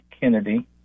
Kennedy